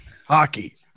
hockey